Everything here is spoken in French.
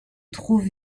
trouve